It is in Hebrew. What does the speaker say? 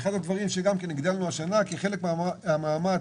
אחד הדברים שהגדלנו השנה כחלק מהמאמץ